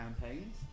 campaigns